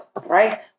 Right